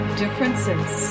differences